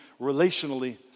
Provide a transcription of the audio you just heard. relationally